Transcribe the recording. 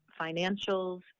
financials